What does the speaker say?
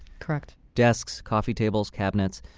correct desks, coffee tables, cabinets.